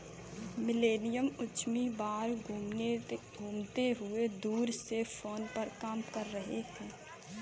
millennial उद्यमी बाहर घूमते हुए दूर से फोन पर काम कर रहे हैं